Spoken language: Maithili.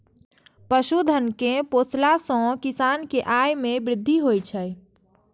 पशुधन कें पोसला सं किसान के आय मे वृद्धि होइ छै